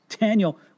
Daniel